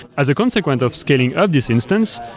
as a consequent of scaling of this instance,